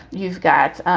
you've got